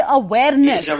awareness